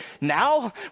Now